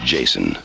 Jason